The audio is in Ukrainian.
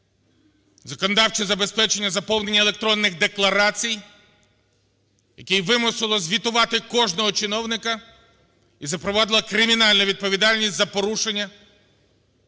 законодавче забезпечення заповнення електронних декларацій, яке вимусило звітувати кожного чиновника і запровадило кримінальну відповідальність за порушення